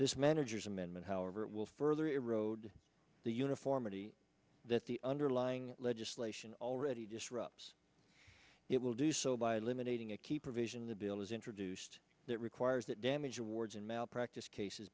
this manager's amendment however it will further erode the uniformity that the underlying legislation already disrupts it will do so by eliminating a key provision the bill has introduced that requires that damage awards in malpractise cases